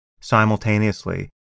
simultaneously